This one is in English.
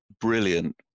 brilliant